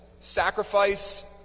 sacrifice